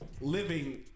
living